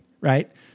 Right